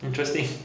interesting